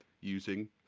using